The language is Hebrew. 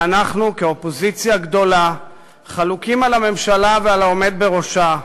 ואנחנו כאופוזיציה גדולה חלוקים על הממשלה ועל העומד בראשה.